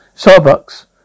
Starbucks